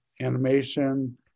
animation